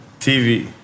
TV